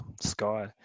sky